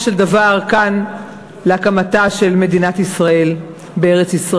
של דבר להקמתה של מדינת ישראל בארץ-ישראל.